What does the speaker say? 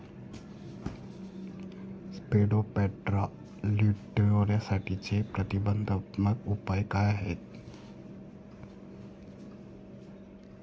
Spodoptera लिट्युरासाठीचे प्रतिबंधात्मक उपाय काय आहेत?